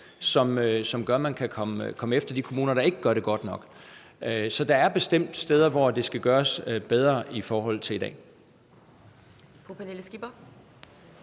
som gør, at man kan komme efter de kommuner, der ikke gør det godt nok. Så der er bestemt steder, hvor det skal gøres bedre i forhold til i dag.